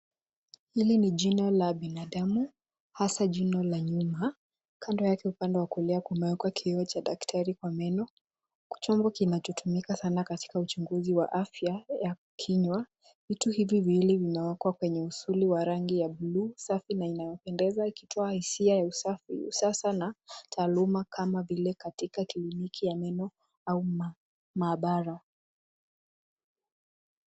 Hili ni jino la binadamu hasa jino la nyuma. Kando yake upande wa kulia kumewekwa kioo cha daktari wa meno. Chombo kinachotumia sana katika uchuguzi wa afya ya kinywa. Vitu hivi viwili vimewekwa kwenye usuli wa rangi ya buluu, safi na inayopendeza ikitoa hisia ya usafi sasa na taaluma kama vile katika kliniki ya meno au maabara.